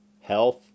health